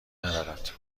ندارد